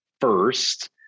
first